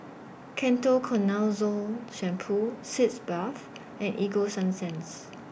Ketoconazole Shampoo Sitz Bath and Ego Sunsense